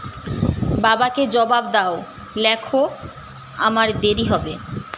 বাবাকে জবাব দাও লেখো আমার দেরি হবে